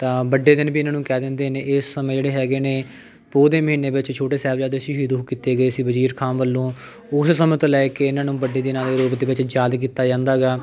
ਤਾਂ ਵੱਡੇ ਦਿਨ ਵੀ ਇਹਨਾਂ ਨੂੰ ਕਹਿ ਦਿੰਦੇ ਨੇ ਇਸ ਸਮੇਂ ਜਿਹੜੇ ਹੈਗੇ ਨੇ ਪੋਹ ਦੇ ਮਹੀਨੇ ਵਿੱਚ ਛੋਟੇ ਸਾਹਿਬਜ਼ਾਦੇ ਸ਼ਹੀਦ ਉਹ ਕੀਤੇ ਗਏ ਸੀ ਵਜ਼ੀਰ ਖ਼ਾਨ ਵੱਲੋਂ ਉਸ ਸਮੇਂ ਤੋਂ ਲੈ ਕੇ ਇਹਨਾਂ ਨੂੰ ਵੱਡੇ ਦਿਨਾਂ ਦੇ ਰੂਪ ਦੇ ਵਿੱਚ ਯਾਦ ਕੀਤਾ ਜਾਂਦਾ ਗਾ